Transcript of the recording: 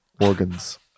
organs